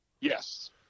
Yes